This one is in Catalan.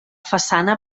façana